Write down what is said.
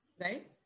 right